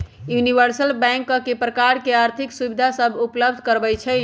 universal bank कय प्रकार के आर्थिक सुविधा सभ उपलब्ध करबइ छइ